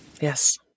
Yes